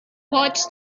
watched